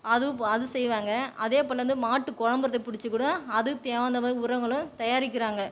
அதுவும் அது செய்வாங்க அதே போல் வந்து மாட்டு கொழம்பறதை புடிச்சுக்கூட அது தேவைந்த மாதிரி உரங்களும் தயாரிக்கிறாங்க